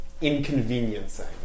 inconveniencing